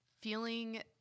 feeling